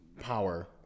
power